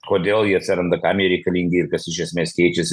kodėl jie atsiranda kam jie reikalingi ir kas iš esmės keičiasi